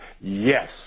Yes